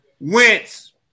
Wentz